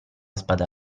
spada